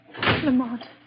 Lamont